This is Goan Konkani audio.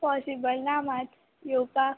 पॉसिबल ना मात येवपा